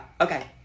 Okay